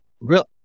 real